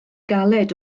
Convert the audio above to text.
galed